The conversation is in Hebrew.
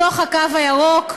בתוך הקו הירוק,